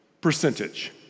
percentage